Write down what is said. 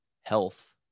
health